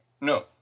No